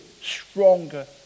stronger